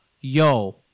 Yo